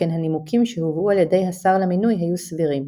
שכן הנימוקים שהובאו על ידי השר למינוי היו סבירים.